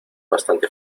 bastante